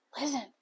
listen